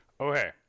Okay